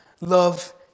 Love